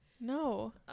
no